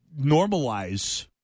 normalize